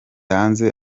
hanze